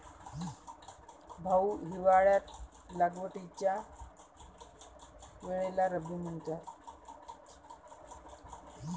भाऊ, हिवाळ्यात लागवडीच्या वेळेला रब्बी म्हणतात